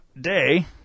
day